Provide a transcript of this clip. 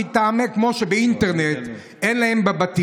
כמו שאין להם אינטרנט בבתים,